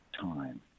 time